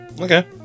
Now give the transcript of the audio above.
Okay